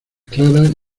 claras